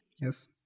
Yes